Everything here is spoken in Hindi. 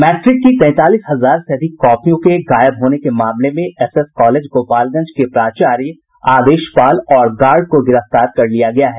मैट्रिक की तैंतालीस हजार से अधिक कॉपियों के गायब होने के मामले में एसएस कॉलेज गोपालगंज के प्राचार्य आदेशपाल और गार्ड को गिरफ्तार कर लिया गया है